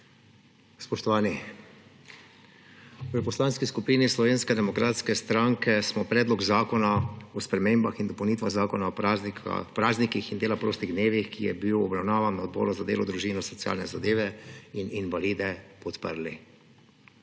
Spoštovani! V Poslanski skupini Slovenske demokratske stranke smo Predlog zakona o spremembah in dopolnitvah Zakona o praznikih in dela prostih dnevih, ki je bil obravnavan na Odboru za delo, družino in socialne zadeve in invalide, podprli.